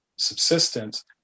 subsistence